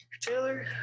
Taylor